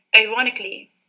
ironically